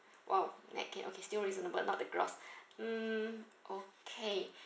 oh okay okay still reasonable not the gross mm okay